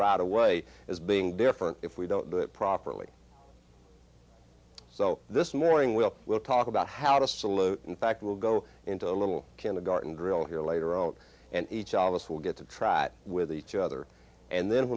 right away as being different if we don't do it properly so this morning we'll we'll talk about how to salute in fact will go into a little kindergarten drill here later on and each of us will get to try it with each other and then